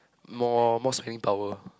more more spending power